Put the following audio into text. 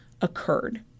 occurred